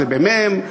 זה במ"ם,